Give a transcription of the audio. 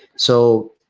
so,